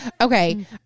Okay